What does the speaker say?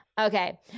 Okay